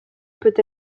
peut